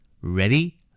Ready